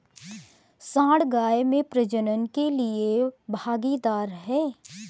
सांड गाय में प्रजनन के लिए भागीदार है